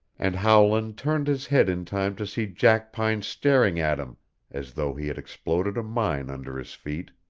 and howland turned his head in time to see jackpine staring at him as though he had exploded a mine under his feet.